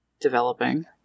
developing